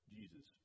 Jesus